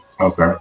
Okay